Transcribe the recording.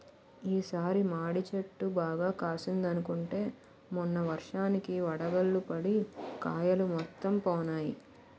ఈ సారి మాడి చెట్టు బాగా కాసిందనుకుంటే మొన్న వర్షానికి వడగళ్ళు పడి కాయలు మొత్తం పోనాయి